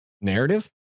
narrative